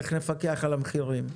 איך נפקח על המחירים.